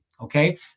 Okay